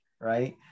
right